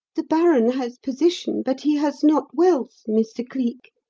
the baron has position but he has not wealth, mr. cleek.